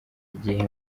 igihe